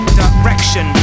direction